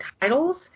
titles